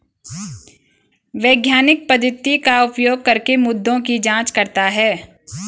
वैज्ञानिक पद्धति का उपयोग करके मुद्दों की जांच करता है